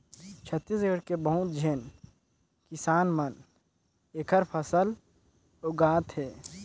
छत्तीसगढ़ के बहुत झेन किसान मन एखर फसल उगात हे